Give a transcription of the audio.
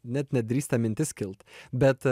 net nedrįsta mintis kilt bet